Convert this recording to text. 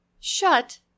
shut